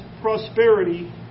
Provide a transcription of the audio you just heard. prosperity